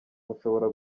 mushobora